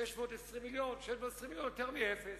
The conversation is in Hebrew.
620 מיליון זה יותר מאפס.